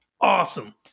awesome